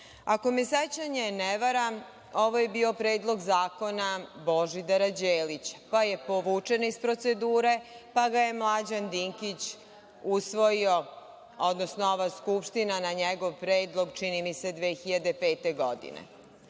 ako me sećanje ne vara ovo je bio predlog zakona Božidara Đelića, pa je povučena iz procedure, pa ga je Mlađan Dinkić usvojio, odnosno ova Skupština na njegov predlog, čini mi se 2005. godine.